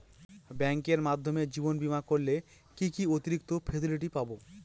ব্যাংকের মাধ্যমে জীবন বীমা করলে কি কি অতিরিক্ত ফেসিলিটি পাব?